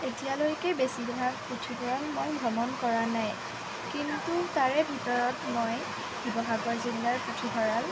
এতিয়ালৈকে বেছিভাগ পুথিভঁৰাল মই ভ্ৰমণ কৰা নাই কিন্তু তাৰে ভিতৰত মই শিৱসাগৰ জিলাৰ পুথিভঁৰাল